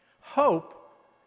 Hope